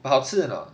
but 好吃 or not